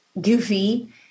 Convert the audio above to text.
goofy